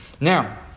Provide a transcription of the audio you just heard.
Now